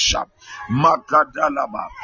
Makadalaba